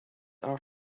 are